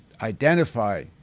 identify